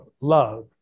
love